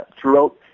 throughout